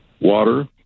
water